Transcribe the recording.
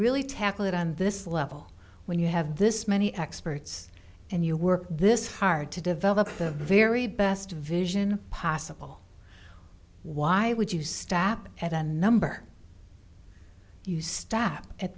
really tackle it on this level when you have this many experts and you work this hard to develop the very best vision possible why would you stop at a number you stop at